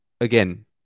again